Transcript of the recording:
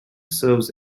serves